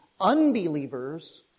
unbelievers